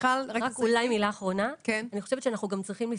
אני חושבת שאנחנו גם צריכים לזכור,